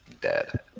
Dead